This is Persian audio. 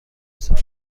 سال